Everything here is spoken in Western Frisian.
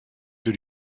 der